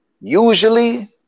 usually